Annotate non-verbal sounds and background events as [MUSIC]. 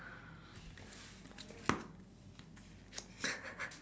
[LAUGHS]